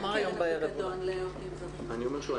מה עם קרן הפיקדון --- אני אומר שוב,